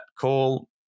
call